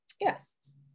yes